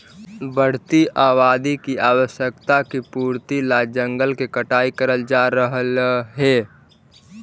बढ़ती आबादी की आवश्यकता की पूर्ति ला जंगल के कटाई करल जा रहलइ हे